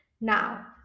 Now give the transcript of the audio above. Now